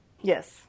Yes